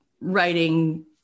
writing